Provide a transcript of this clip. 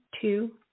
two